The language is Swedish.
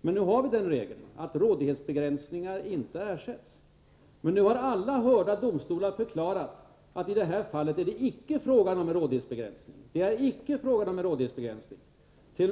Vi har nu alltså den regeln att rådighetsbegränsningar inte ersätts. Alla hörda domstolar har emellertid förklarat att det i detta fall icke är fråga om en rådighetsbegränsning. T. o.